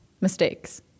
mistakes